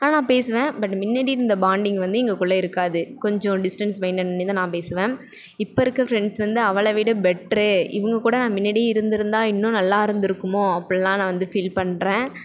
ஆனால் பேசுவேன் பட் மின்னாடி இருந்த பாண்டிங் வந்து எங்களுக்குள்ள இருக்காது கொஞ்சம் டிஸ்டன்ஸ் மெயின்டெய்ன் பண்ணிதான் நான் பேசுவேன் இப்போ இருக்கற ஃப்ரெண்ட்ஸ் வந்து அவளை விட பெட்ரு இவங்கள் கூட நான் மின்னாடி இருந்திருந்தா இன்னும் நல்லா இருந்திருக்குமோ அப்புடில்லாம் நான் வந்து ஃபீல் பண்ணுறேன்